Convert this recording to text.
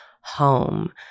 home